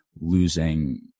losing